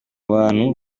bantu